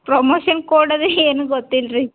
promotion ಕೊಡೋದು ಏನು ಗೊತ್ತಿಲ್ಲ ರೀ